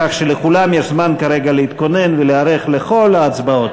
כך שלכולם יש זמן כרגע להתכונן ולהיערך לכל ההצבעות.